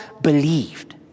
believed